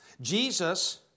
Jesus